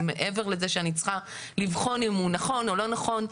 מעבר לזה שאני צריכה לבחון אם הוא נכון או לא נכון,